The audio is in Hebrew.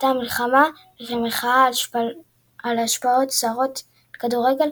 הייתה במלחמה וכמחאה על השפעות זרות על כדורגל,